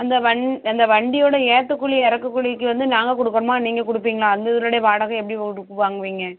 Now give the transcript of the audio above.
அந்த வண் அந்த வண்டியோட ஏற்ற கூலி இறக்கு கூலிக்கு வந்து நாங்கள் கொடுக்கணுமா நீங்கள் கொடுப்பீங்களா அந்த இதுனோட வாடகை எப்படி ஒரு இதுக்கு வாங்குவீங்க